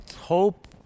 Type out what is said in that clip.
hope